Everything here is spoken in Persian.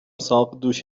ساقدوش